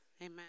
Amen